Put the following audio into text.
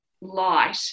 light